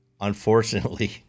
unfortunately